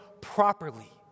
properly